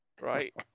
Right